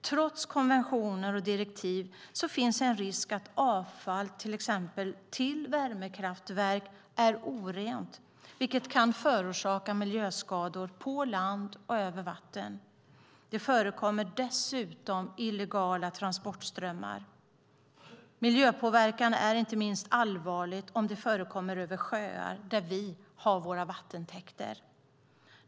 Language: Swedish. Trots konventioner och direktiv finns en risk att avfall till exempel till värmekraftverk är orent, vilket kan förorsaka miljöskador på land och över vatten. Det förekommer dessutom illegala transportströmmar. Miljöpåverkan är inte minst allvarlig över sjöar där vi har vattentäkter.